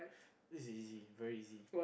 this is easy very easy